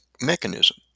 mechanism